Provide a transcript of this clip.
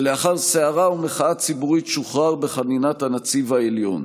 ולאחר סערה ומחאה ציבורית שוחרר בחנינת הנציב העליון.